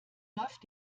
läuft